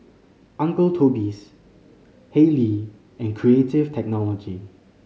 Uncle Toby's Haylee and Creative Technology